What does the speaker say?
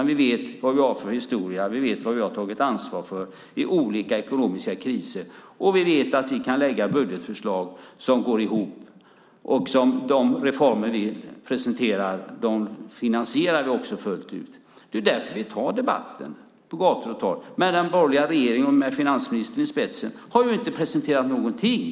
Vi vet vad vi har för historia och vad vi har tagit ansvar för i olika ekonomiska kriser, och vi vet att vi kan lägga budgetförslag som går ihop. De reformer vi presenterar finansierar vi också fullt ut. Det är därför vi tar debatten på gator och torg. Men den borgerliga regeringen och finansministern har inte presenterat någonting!